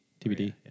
TBD